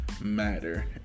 Matter